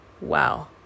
Wow